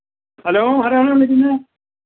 hello ആരാണ് വിളിക്കുന്നത്